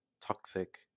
toxic